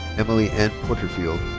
emily n. porterfield.